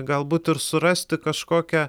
galbūt ir surasti kažkokią